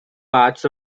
paths